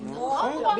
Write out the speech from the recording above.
לא אמורה.